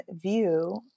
view